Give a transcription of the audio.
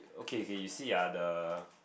okay okay you see ah the